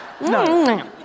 No